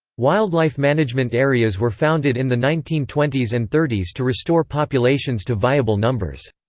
wildlife management areas were founded in the nineteen twenty s and thirty s to restore populations to viable numbers.